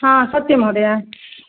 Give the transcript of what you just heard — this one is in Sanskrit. हा सत्यं महोदय